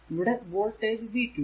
ഇവിടെ voltage v2